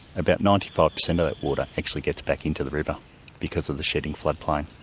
about ninety five percent of that water actually gets back into the river because of the shedding floodplain,